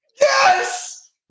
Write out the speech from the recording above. Yes